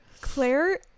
Claire